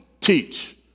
teach